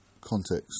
context